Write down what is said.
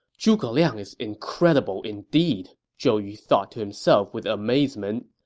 zhuge liang is incredible indeed! zhou yu thought to himself with amazement.